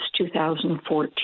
2014